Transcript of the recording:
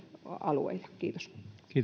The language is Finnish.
alueilla kiitos